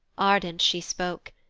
ardent she spoke,